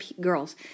girls